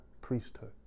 priesthood